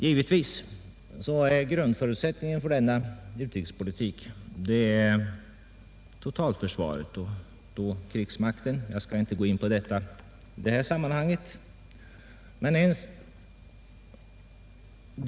Givetvis är grundförutsättningen för denna utrikespolitik totalförsvaret inklusive krigsmakten. Jag skall inte närmare gå in härpå i detta sammanhang.